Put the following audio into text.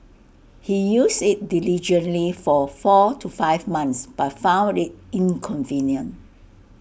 he used IT diligently for four to five months but found IT inconvenient